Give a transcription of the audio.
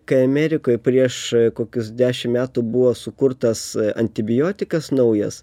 kai amerikoj prieš kokius dešim metų buvo sukurtas antibiotikas naujas